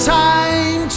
time